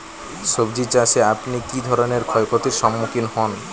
সবজী চাষে আপনি কী ধরনের ক্ষয়ক্ষতির সম্মুক্ষীণ হন?